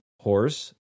horse